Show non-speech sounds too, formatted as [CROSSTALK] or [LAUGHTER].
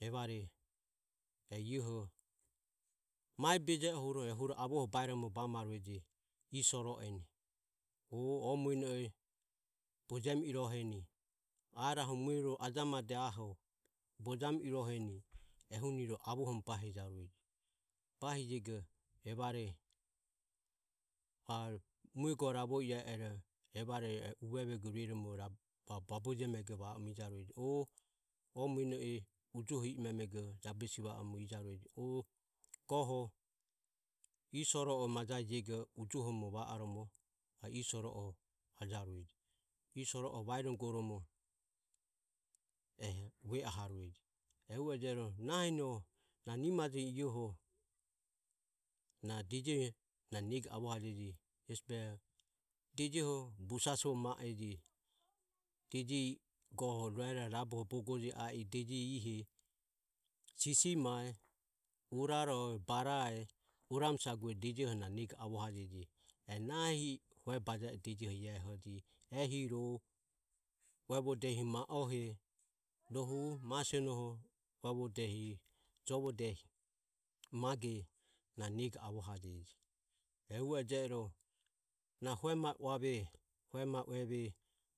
Evare e ioho mae beje e ehuro ehi avoho bahiromo ie soro e o omueno e bojemi iroheni garomo ajamade aho bojami iroheni avhoromo bahi a e vevare va o mue go ravo i e ego babojemi iroheni o o mueno e ujoho i e memego jabesi va o nuho majae jego jabesi ie soro e vajarueje. Ie soro e vae nugoromo ehi vue aharueje ehu ero nahi noho na nimajoho na dejoho na nego avohajeji hesi behoho dejoho busaso ma e ji [NOISE] deji goho rueroho rabu go bogo e ji i e deji ihe sisimae, uraroe, barae, uramo saugue na nego avohajeji eho nahi hue baje e dejoho a eho ji ehi ro mami e uvode ehi ma ohe, ro ma senoho uevode ehi, jovode ehi mage nan ego avohajeji, ehu e je ero ua ve hue mae ue ve ie,